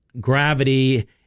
gravity